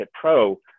Pro